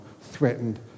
threatened